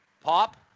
pop